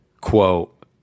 Quote